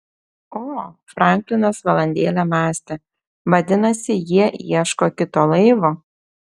o franklinas valandėlę mąstė vadinasi jie ieško kito laivo